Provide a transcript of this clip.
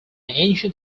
ancient